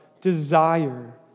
desire